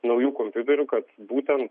naujų kompiuterių kad būtent